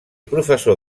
professor